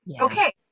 okay